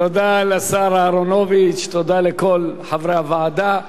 תודה לשר אהרונוביץ, תודה לכל חברי הוועדה.